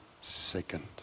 second